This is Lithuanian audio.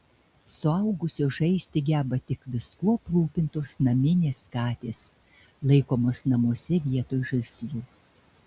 suaugusios žaisti geba tik viskuo aprūpintos naminės katės laikomos namuose vietoj žaislų